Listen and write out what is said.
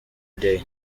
day